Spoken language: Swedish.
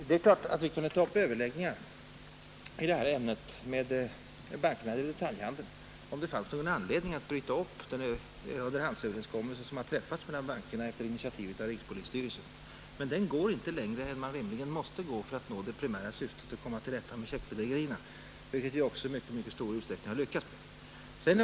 Herr talman! Vi kunde naturligtvis ta upp överläggningar i detta ämne med bankerna och detaljhandeln om det fanns någon anledning att bryta upp den underhandsöverenskommelse som har träffats mellan bankerna efter initiativ av rikspolisstyrelsen. Men den överenskommelsen går inte längre än den rimligen måste göra om vi skall nå det primära syftet att komma till rätta med checkbedrägerierna, vilket också i mycket stor utsträckning har lyckats.